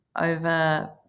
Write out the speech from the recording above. over